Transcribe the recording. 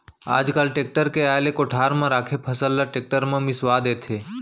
आज काल टेक्टर के आए ले कोठार म राखे फसल ल टेक्टर म मिंसवा देथे